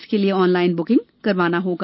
इसके लिये online booking करवाना होगा